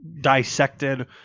dissected